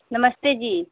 नमस्ते जी